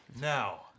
now